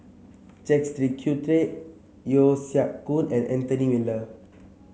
Jacques De Coutre Yeo Siak Goon and Anthony Miller